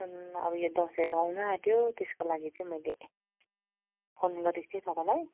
सुन अब यो दसैँहरू आउनु आँट्यो त्यसको लागि चाहिँ मैले फोन गरेकी थिएँ तपाईँलाई